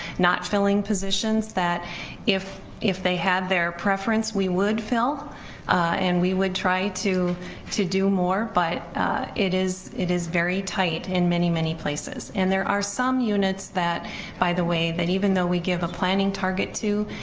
not filling positions, that if if they have their preference we would fill and we would try to to do more, but it is it is very tight in many many places and there are some units that by the way that even though we give a planning target to,